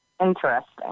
Interesting